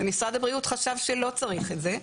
ומשרד הבריאות חשב שלא צריך את זה.